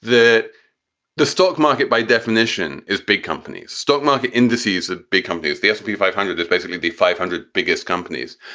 the the stock market by definition is big companies, stock market indices, that big companies, the s and p five hundred is basically the five hundred biggest companies,